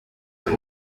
kuri